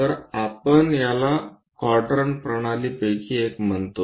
तर आपण याला क्वाड्रंट प्रणालींपैकी एक म्हणतो